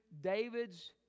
David's